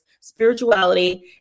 spirituality